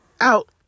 out